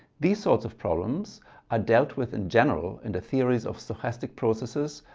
these sorts of problems are dealt with in general in the theories of stochastic processes,